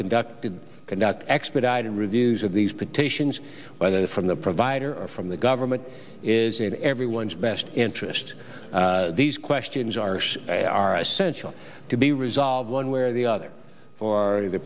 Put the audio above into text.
conducted conduct expedited reviews of these petitions whether from the provider or from the government is in everyone's best interest these questions are are essential to be resolved one way or the other for the